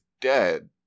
dead